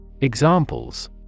Examples